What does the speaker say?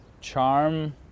charm